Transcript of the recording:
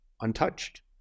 untouched